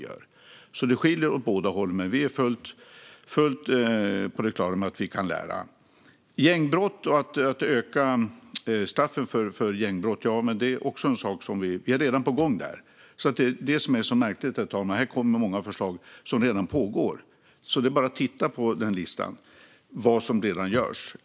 Det skiljer sig alltså åt båda hållen, men vi är fullt på det klara med att vi kan lära oss. Detta med att öka straffen för gängbrott är något som vi redan är på gång med. Det är detta som är så märkligt: Det kommer många förslag om sådant som redan är på gång. Det är bara att titta på listan och se vad som redan görs.